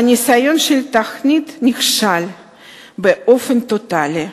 הניסיון של התוכנית נכשל באופן טוטלי.